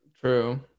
True